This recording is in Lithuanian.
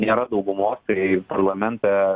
nėra daugumos tai parlamente